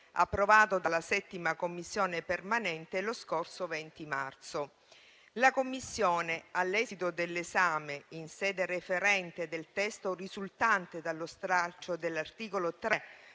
approvato dalla 7a Commissione permanente lo scorso 20 marzo. La Commissione, all'esito dell'esame in sede referente del testo risultante dallo stralcio dell'articolo 3